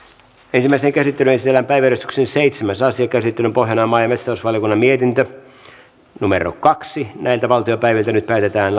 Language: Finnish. ensimmäiseen käsittelyyn esitellään päiväjärjestyksen seitsemäs asia käsittelyn pohjana on maa ja metsätalousvaliokunnan mietintö kaksi nyt päätetään